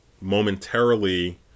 momentarily